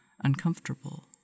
uncomfortable